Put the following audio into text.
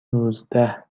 نوزده